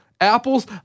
apples